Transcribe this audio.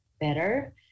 better